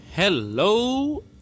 Hello